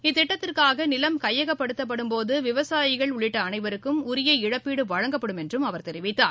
இத்திட்டத்திற்காக நிலம் கையகப்படுத்தும்போது விவசாயிகள் உள்ளிட்ட அனைவருக்கும் உரிய இழப்பீடு வழங்கப்படும் என்றும் அவர் தெரிவித்தார்